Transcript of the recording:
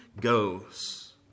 goes